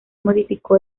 modificó